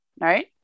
right